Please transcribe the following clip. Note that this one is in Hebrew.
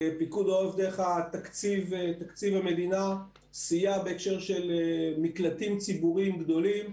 פיקוד העורף דרך תקציב המדינה סייע בהקשר של מקלטים ציבוריים גדולים.